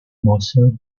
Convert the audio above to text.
moser